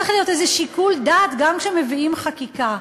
צריך להיות איזה שיקול דעת גם כשמביאים חקיקה.